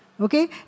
Okay